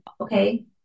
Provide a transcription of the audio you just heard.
okay